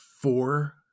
four